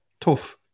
Tough